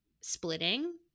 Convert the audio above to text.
splitting